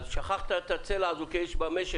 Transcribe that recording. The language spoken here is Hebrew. אז שכחת את הצלע הזאת כי יש במשק,